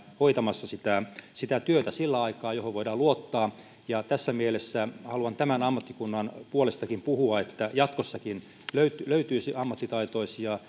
hoitamassa sitä sitä työtä sillä aikaa ammattitaitoinen lomittaja johon voidaan luottaa ja tässä mielessä haluan tämän ammattikunnan puolestakin puhua että jatkossakin löytyisi löytyisi ammattitaitoisia